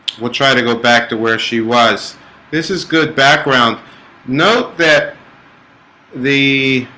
we'll try to go back to where she was this is good background note that the